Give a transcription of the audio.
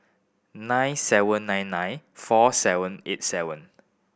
nine seven nine nine four seven eight seven